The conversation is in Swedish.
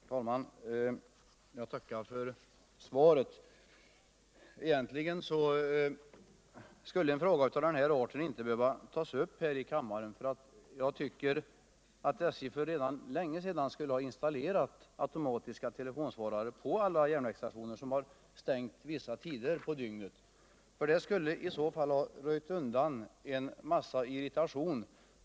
Herr valman! Jag tackar för svaret. Fgentligen skulle en fråga av den här arten inte behöva tas upp här i kammaren, för SJ borde redan för länge sedan ha installerat antomatiska telefonsvarare på alla järnviägsstationer som hålls stängda vissa tider på dvgnet. Det skulle ha röjt undan en massa irritation.